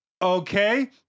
okay